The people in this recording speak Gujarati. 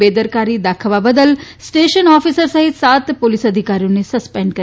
બેદરકારી દાખવવા બદલ સ્ટેશન ઓફિસર સહિત સાત પોલીસ અધિકારીઓને સસ્પેન્ડ કર્યા છે